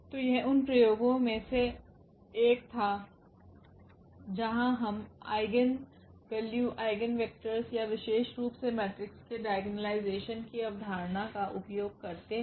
तो यह उन अनुप्रयोगों में से एक था जहां हम आइगेन वैल्यू आइगेन वेक्टरस या विशेष रूप से मेट्रिक्स के डाइगोनलाइजेशन की अवधारणा का उपयोग करते हैं